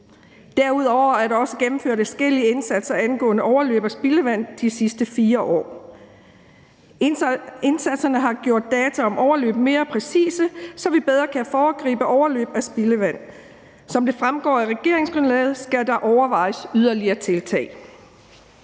Derudover er der også gennemført adskillige indsatser angående overløb af spildevand de sidste 4 år. Indsatserne har gjort data om overløb mere præcise, så vi bedre kan foregribe overløb af spildevand. Som det fremgår af regeringsgrundlaget, skal der overvejes yderligere tiltag.